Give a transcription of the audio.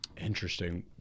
Interesting